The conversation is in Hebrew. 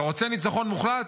אתה רוצה ניצחון מוחלט?